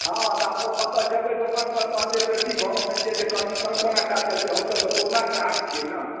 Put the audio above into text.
हाँ तऽ आब ओतऽ जेबै दोकानपर तहन जे बेसी भाव मानि लिअऽ जे कहथिन तऽ कोना काज चलतै हमसब तऽ पुरना गाहक छिअनि ने